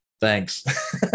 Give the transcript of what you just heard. Thanks